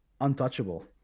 untouchable